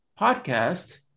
podcast